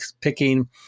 picking